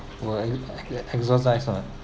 were exorcised ah